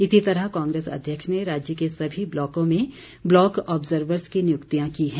इसी तरह कांग्रेस अध्यक्ष ने राज्य के सभी ब्लॉकों में ब्लॉक ऑबजर्वरज की नियुक्तियां की हैं